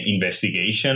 investigation